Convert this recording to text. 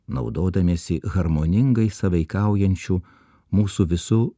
naudodamiesi harmoningai sąveikaujančių mūsų visų